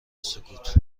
سکوت